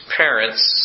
parents